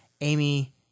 Amy